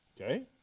okay